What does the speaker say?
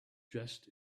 dressed